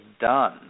done